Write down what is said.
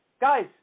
guys